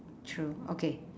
true okay